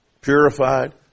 purified